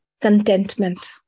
contentment